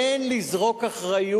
אין לזרוק אחריות,